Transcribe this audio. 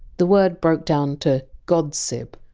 the word broke down to! god sibb,